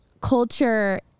culture